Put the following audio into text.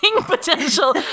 potential